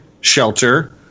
shelter